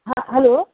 हां हॅलो